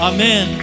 Amen